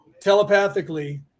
telepathically